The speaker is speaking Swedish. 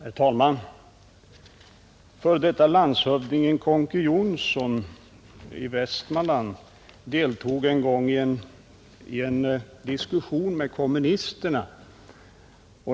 Herr talman! F.d. landshövdingen Conke Jonsson i Västmanland deltog en gång i en diskussion med kommunister.